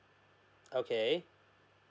okay